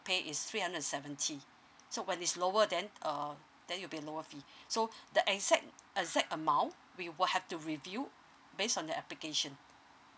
pay is three hundred and seventy so when it's lower then uh then it'll be a lower fee so the exact exact amount we will have to review based on the application